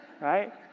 right